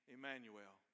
Emmanuel